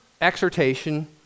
exhortation